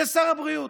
זה שר הבריאות.